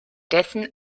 dessen